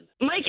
Mike